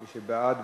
מי שבעד,